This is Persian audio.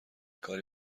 کاری